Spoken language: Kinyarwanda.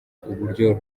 uburyo